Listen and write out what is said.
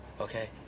okay